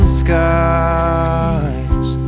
skies